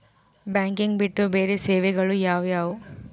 Banking ಬಿಟ್ಟು ಬೇರೆ ಸೇವೆಗಳು ಯಾವುವು?